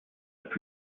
its